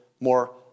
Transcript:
more